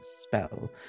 spell